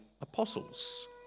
apostles